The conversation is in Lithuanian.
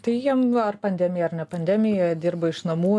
tai jiem ar pandemija ar ne pandemija dirbo iš namų